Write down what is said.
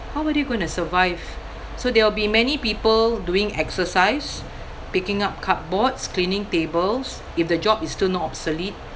how are they gonna survive so there will be many people doing exercise picking up cardboards cleaning tables if the job is still not obsolete